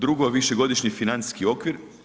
Drugo je višegodišnji financijski okvir.